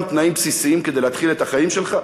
תנאים בסיסיים כדי להתחיל את החיים שלך?